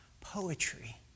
poetry